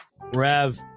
Rev